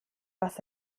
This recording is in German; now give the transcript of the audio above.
was